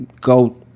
go